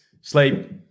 sleep